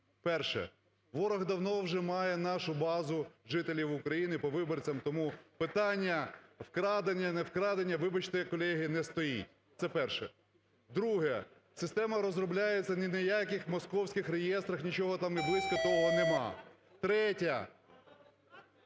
Перше. Ворог давно вже має нашу базу жителів України по виборцям, тому питання вкрадення, невкрадення, вибачте, колеги, не стоїть. Це перше. Друге. Система розробляється ні на яких московських реєстрах, нічого там і близько того нема. Третє.